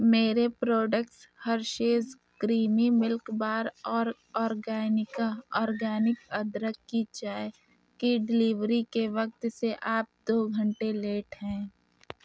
میرے products Hershey's creamy milk bar اور آرگینکا آرگینک ادرک کی چائے کی ڈلیوری کے وقت سے آپ دو گھنٹے لیٹ ہیں